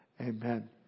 Amen